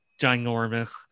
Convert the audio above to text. ginormous